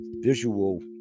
visual